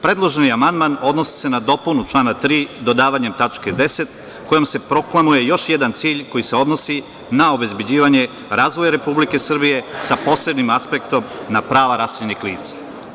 Predloženi amandman odnosi se na dopunu člana 3. dodavanjem tačke 10. kojom se proklamuje još jedan cilj koji se odnosi na obezbeđivanje razvoja Republike Srbije sa posebnim aspektom na prava raseljenih lica.